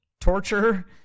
torture